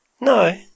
No